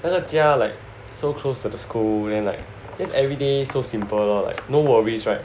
那个家 like so close to the school then like just everyday so simple lor like no worries right